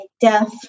death